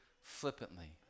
flippantly